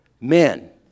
Men